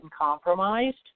compromised